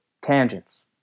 tangents